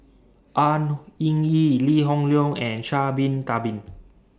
An Hing Yee Lee Hoon Leong and Sha'Ari Bin Tadin